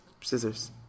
scissors